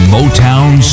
Motown